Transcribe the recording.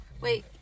Wait